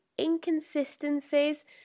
inconsistencies